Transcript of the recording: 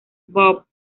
bob